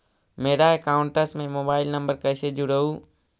मेरा अकाउंटस में mobile number कैसे जुड़उ?